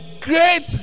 great